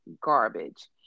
garbage